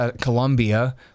Columbia